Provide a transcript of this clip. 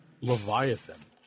Leviathan